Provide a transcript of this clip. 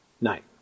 night